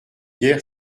guère